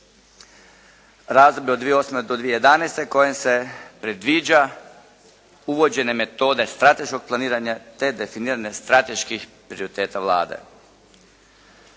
razdoblje od 2008. do 2011. kojim se predviđa uvođenje metode strateškog planiranja te definiranje strateških prioriteta Vlade.